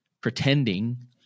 pretending